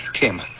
Tim